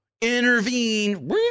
intervene